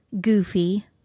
goofy